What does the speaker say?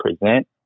present